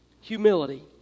Humility